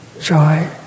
joy